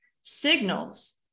signals